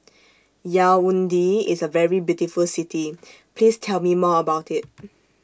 Yaounde IS A very beautiful City Please Tell Me More about IT